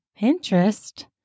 Pinterest